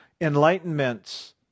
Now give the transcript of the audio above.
enlightenments